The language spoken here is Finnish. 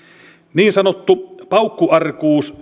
niin sanottu paukkuarkuus